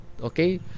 okay